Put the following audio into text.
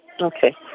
Okay